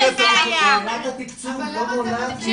מה זה